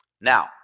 Now